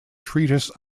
treatise